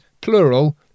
plural